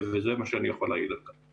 וזה מה שאני יכול להגיד על כך.